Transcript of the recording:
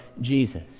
Jesus